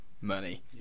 money